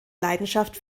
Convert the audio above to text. leidenschaft